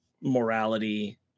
morality